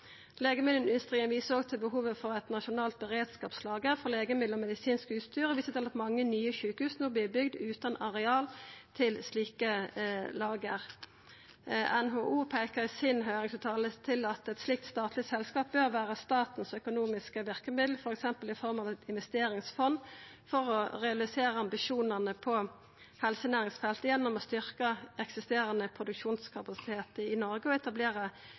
viser også til behovet for eit nasjonalt beredskapslager for legemiddel og medisinsk utstyr og viser til at mange nye sjukehus no vert bygde utan areal til slike lager. NHO peikte i høyringsfråsegna si på at eit slikt statleg selskap bør vere det økonomiske verkemiddelet til staten, f.eks. i form av eit investeringsfond for å realisera ambisjonane på helsenæringsfeltet gjennom å styrkja eksisterande produksjonskapasitet i Noreg og